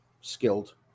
skilled